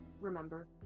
remember